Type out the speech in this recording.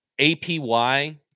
apy